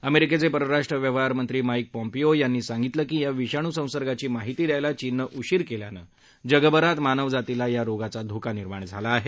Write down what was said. अमेरिकेचे परराष्ट्र व्यवहार मंत्री माईक पॉम्पियो यांनी सांगितलं की या विषाणू संसर्गाची माहिती द्यायला चीननं उशीर केल्यामुळे जगभरात मानवजातीला या रोगाचा धोका निर्माण झाला आहे